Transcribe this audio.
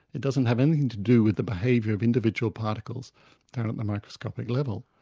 it doesn't have anything to do with the behaviour of individual particles down at the microscopic level.